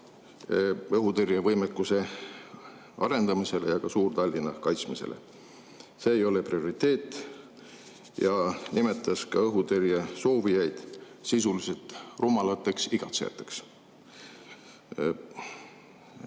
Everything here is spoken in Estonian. õhutõrjevõimekuse arendamisele ja Suur-Tallinna kaitsmisele – see ei olevat prioriteet – ning nimetas õhutõrje soovijaid sisuliselt rumalateks igatsejateks.